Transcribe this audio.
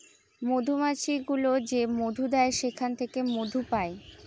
মধুমাছি গুলো যে মধু দেয় সেখান থেকে মধু পায়